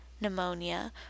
pneumonia